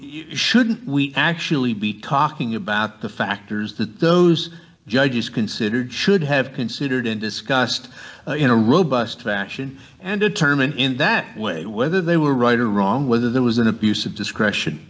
you shouldn't we actually be talking about the factors that those judges considered should have considered and discussed in a robust fashion and determine in that way whether they were right or wrong whether there was an abuse of discretion